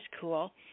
cool